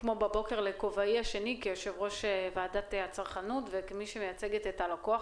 לכובעי השני כיושבת-ראש ועדת הצרכנות וכמי שמייצגת את הלקוח.